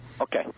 Okay